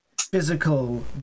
physical